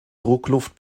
druckluft